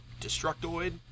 Destructoid